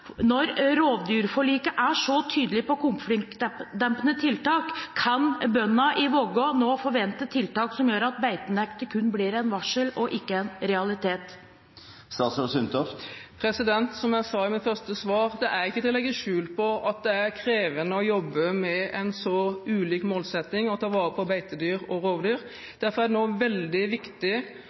når rovdyrforliket er så tydelig på konfliktdempende tiltak? Kan bøndene i Vågå nå forvente tiltak som gjør at beitenekt kun blir et varsel og ikke en realitet? Som jeg sa i mitt første svar, er det ikke til å legge skjul på at det er krevende å jobbe med en så ulik målsetting som det å ta vare på beitedyr og rovdyr. Derfor er det nå veldig viktig